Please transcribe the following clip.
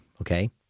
okay